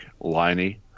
liney